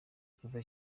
kuva